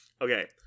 okay